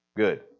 Good